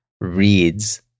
reads